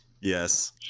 Yes